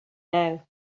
now